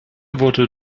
wurde